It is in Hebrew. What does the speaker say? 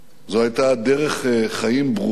זו היתה דרך חיים ברורה.